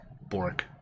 Bork